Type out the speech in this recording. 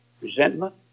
Resentment